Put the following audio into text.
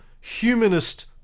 humanist